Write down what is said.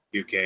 UK